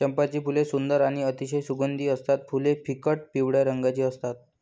चंपाची फुले सुंदर आणि अतिशय सुगंधी असतात फुले फिकट पिवळ्या रंगाची असतात